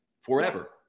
forever